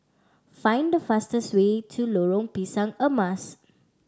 find the fastest way to Lorong Pisang Emas